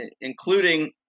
including